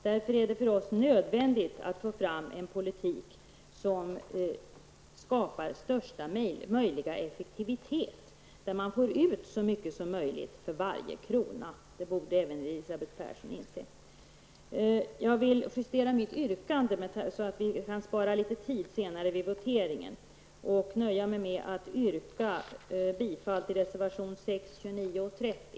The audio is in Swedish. Därför är det för oss nödvändigt att få fram en politik som skapar största möjliga effektivitet, där man får ut så mycket som möjligt för varje krona. Det borde även Elisabeth Persson inse. Jag vill justera mitt yrkande, så att vi kan spara litet tid vid voteringen. Jag nöjer mig med att yrka bifall till reservationerna 6, 29 och 30.